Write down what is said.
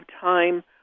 time